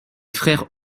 frères